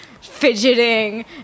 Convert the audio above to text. fidgeting